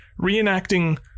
reenacting